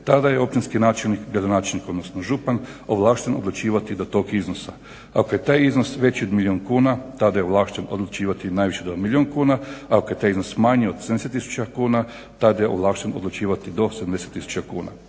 tada je općinski načelnik, gradonačelnik odnosno župan ovlašten odlučivati do tog iznosa. Ako je taj iznos veći od milijun kuna tada je ovlašten odlučivati najviše do milijun kuna, ako je taj iznos od 70 tisuća kuna tad je ovlašten odlučivati do 70 tisuća kuna.